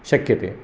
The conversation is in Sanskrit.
शक्यते